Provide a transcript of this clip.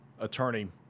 attorney